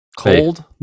Cold